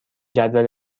جدول